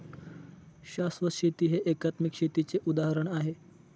शाश्वत शेती हे एकात्मिक शेतीचे उदाहरण आहे